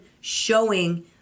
showing